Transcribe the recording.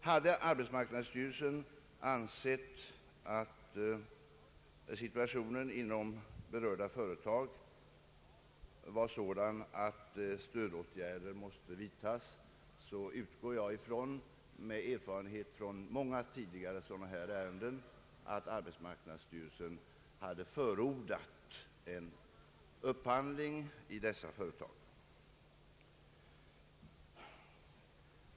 Hade arbetsmarknadsstyrelsen ansett att situationen var sådan att stödåtgärder borde vidtas utgår jag ifrån — med erfarenhet från många tidigare sådan här ärenden — att arbetsmarknadsstyrelsen hade förordat en upphandling i dessa företag.